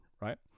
right